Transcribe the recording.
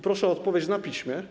Proszę o odpowiedź na piśmie.